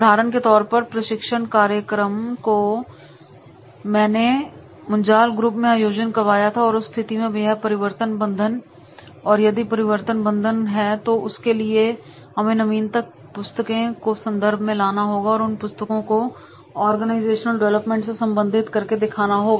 उदाहरण के तौर पर प्रशिक्षण कार्यक्रम को मैंने मुंजाल ग्रुप में आयोजन करवाया था उस स्थिति में यह परिवर्तन बंधन है और यदि परिवर्तन बंधन है तो उसके लिए हमें नवीनतम पुस्तकों को संदर्भ में लाना होगा और उन पुस्तकों को ऑर्गेनाइजेशनल डेवलपमेंट से संबंधित करके देखना होगा